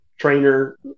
trainer